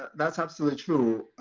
that's absolutely true.